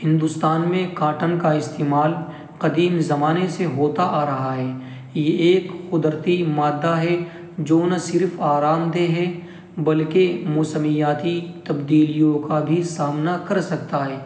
ہندوستان میں کاٹن کا استعمال قدیم زمانے سے ہوتا آ رہا ہے یہ ایک قدرتی مادہ ہے جو نہ صرف آرام دہ ہے بلکہ موسمیاتی تبدیلیوں کا بھی سامنا کر سکتا ہے